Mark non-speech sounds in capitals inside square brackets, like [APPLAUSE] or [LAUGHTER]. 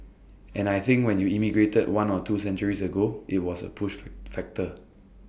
and I think when you emigrated one or two centuries ago IT was A push [NOISE] factor